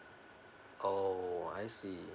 oh I see